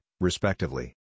respectively